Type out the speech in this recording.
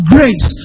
Grace